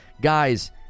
Guys